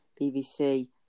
BBC